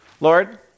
Lord